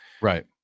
Right